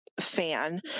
fan